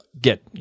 get